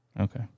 Okay